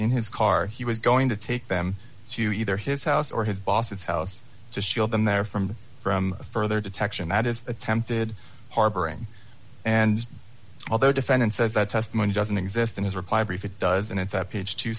in his car he was going to take them to either his house or his boss's house to shield them their from from further detection that is attempted harboring and although defendant says that testimony doesn't exist in his reply brief it does and it's up to age t